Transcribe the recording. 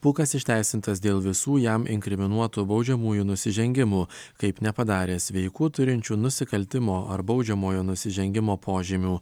pūkas išteisintas dėl visų jam inkriminuotų baudžiamųjų nusižengimų kaip nepadaręs veikų turinčių nusikaltimo ar baudžiamojo nusižengimo požymių